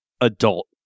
adult